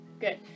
Good